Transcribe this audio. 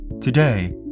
Today